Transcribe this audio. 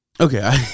Okay